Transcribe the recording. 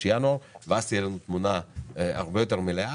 ינואר כדי שתהיה לנו תמונה הרבה יותר מלאה,